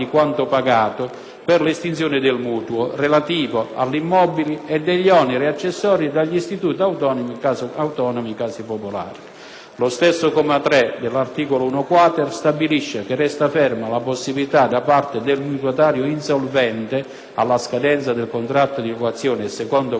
per l'estinzione del mutuo relativo all'immobile e degli oneri accessori dagli Istituti autonomi case popolari. Lo stesso comma 3 dell'articolo 1-*quater* stabilisce che resta ferma la possibilità da parte del mutuatario insolvente, alla scadenza del contratto di locazione, e secondo quanto previsto dalle leggi regionali